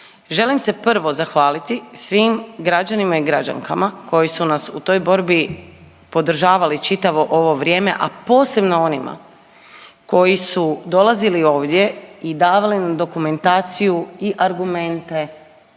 Želim se prvo zahvaliti svim građanima i građankama koji su nas u toj borbi podržavali čitavo ovo vrijeme, a posebno onima koji su dolazili ovdje i davali nam dokumentaciju i argumente